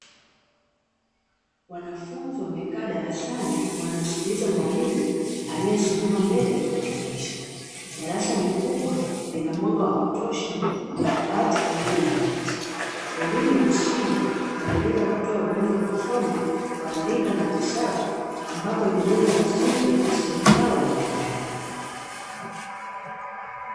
Wanafunzi wanakaa darasani wanamsikiliza mwalimu aliyesimama mbele akiwafundisha. Darasa ni kubwa lina mwanga wa kutosha, madawati pamoja na viti. Elimu ya msingi inalenga kutoa ujuzi wa kusoma, kuandika na kuhesabu ambapo inajenga misingi ya masomo yao ya baadaye.